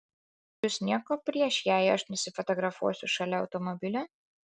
jus nieko prieš jei aš nusifotografuosiu šalia automobilio